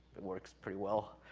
it works pretty well.